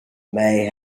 may